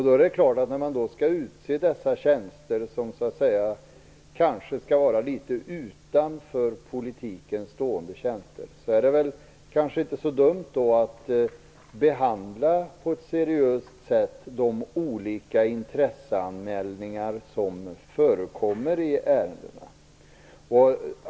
När man skall utse innehavare av dessa tjänster, som kanske skall vara litet utanför politiken stående tjänster, är det väl då kanske inte så dumt att på ett seriöst sätt behandla de olika intresseanmälningar som förekommer i ärendena.